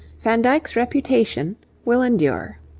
van dyck's reputation will endure.